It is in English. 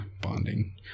bonding